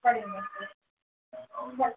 சரிங்க டாக்டர்